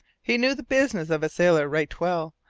he knew the business of a sailor right well,